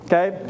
Okay